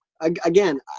Again